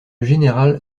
général